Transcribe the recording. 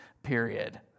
period